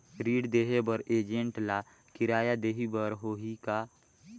ऋण देहे बर एजेंट ला किराया देही बर होही का?